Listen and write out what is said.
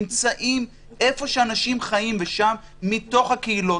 נמצאים איפה שאנשים חיים ושם מתוך הקהילות